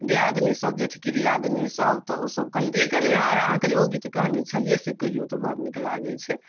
दियादनी सब जेठकी दियादनी सब तऽ ओ सब कहलथि यै कनिआ अहाँकेे जे ओ गीत कहने छलियै से कहियौ तऽ बड़ नीक लागै छै